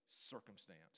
circumstance